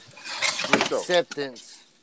acceptance